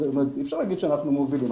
אי אפשר להגיד שאנחנו מובילים.